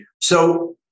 So-